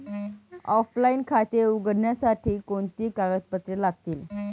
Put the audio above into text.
Offline खाते उघडण्यासाठी कोणती कागदपत्रे लागतील?